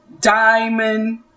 diamond